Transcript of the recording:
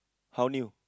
how new